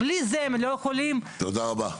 מה המדינה עושה,